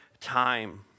time